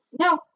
No